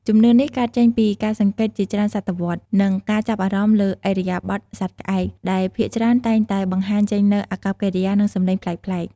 ជំនឿនេះកើតចេញពីការសង្កេតជាច្រើនសតវត្ស និងការចាប់អារម្មណ៍លើឥរិយាបថសត្វក្អែក ដែលភាគច្រើនតែងតែបង្ហាញចេញនូវអាកប្បកិរិយា និងសំឡេងប្លែកៗ។